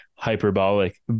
hyperbolic